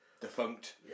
defunct